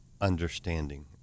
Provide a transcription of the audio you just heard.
understanding